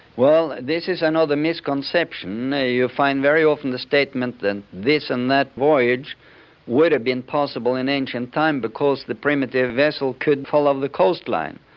well, this is another misconception. you find very often the statement that this and that voyage would have been possible in ancient time because the primitive vessel could follow the coastline.